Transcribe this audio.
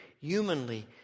humanly